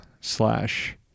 slash